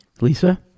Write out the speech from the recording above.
Lisa